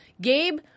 Gabe